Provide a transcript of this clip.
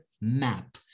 map